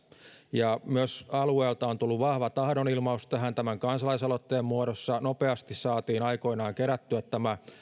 myös alueelta on tullut vahva tahdonilmaus tähän tämän kansalaisaloitteen muodossa nopeasti saatiin aikoinaan kerättyä nämä